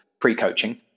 pre-coaching